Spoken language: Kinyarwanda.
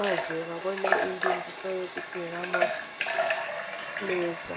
maze babone indi mbuto yo guteramo neza.